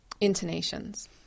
intonations